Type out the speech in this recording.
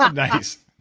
um nice